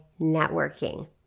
networking